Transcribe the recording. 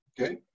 okay